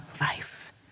life